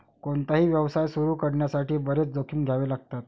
कोणताही व्यवसाय सुरू करण्यासाठी बरेच जोखीम घ्यावे लागतात